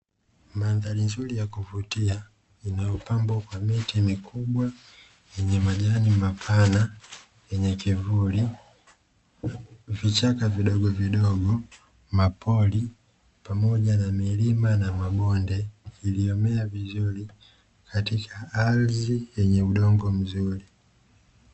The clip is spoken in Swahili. Mandhari nzuri ya kuvutia, inayopambwa kwa miti mikubwa, yenye majani mapana yenye kivuli, vichaka vidogovidogo, mapori pamoja na milima na mabonde iliyomea vizuri katika ardhi yenye udongo mzuri.